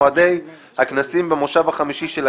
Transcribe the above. מיעוט נמנעים,